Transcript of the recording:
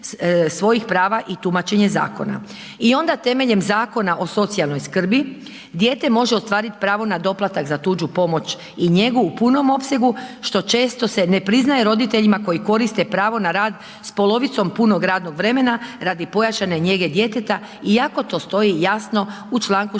I onda temeljem zakona o socijalnoj skrbi dijete može ostvariti pravo na doplatak za tuđu pomoć i njegu u punom opsegu, što često se ne priznaje roditeljima koji koriste pravo na rad s polovicom punog radnog vremena radi pojačane njege djeteta, iako to stoji jasno u čl. 60. Zakona